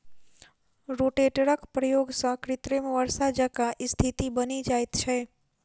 रोटेटरक प्रयोग सॅ कृत्रिम वर्षा जकाँ स्थिति बनि जाइत छै